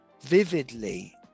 vividly